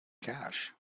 cash